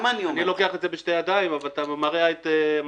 אני לוקח את זה בשתי ידיים, אבל אתה מרע את מצבם.